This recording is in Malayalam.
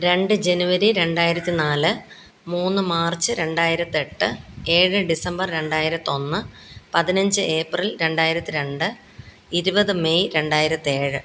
രണ്ട് ജനുവരി രണ്ടായിരത്തി നാല് മൂന്ന് മാർച്ച് രണ്ടായിരത്തി എട്ട് ഏഴ് ഡിസംബർ രണ്ടായിരത്തി ഒന്ന് പതിനഞ്ച് ഏപ്രിൽ രണ്ടായിരത്തി രണ്ട് ഇരുപത് മെയ് രണ്ടായിരത്തി ഏഴ്